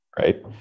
right